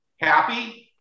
Happy